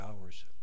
hours